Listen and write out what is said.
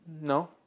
No